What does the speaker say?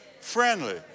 friendly